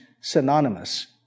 synonymous